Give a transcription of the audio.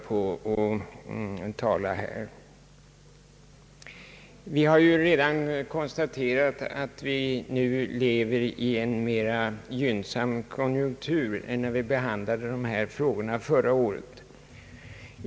Vi lever nu, såsom redan konstaterats, i en mer gynnsam konjunktur än när dessa frågor behandlades i fjol.